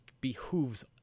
behooves